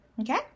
okay